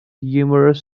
humorous